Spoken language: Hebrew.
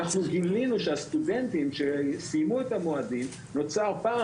גילינו שהסטודנטים שסיימו את המועדים נוצר פער